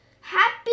Happy